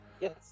Yes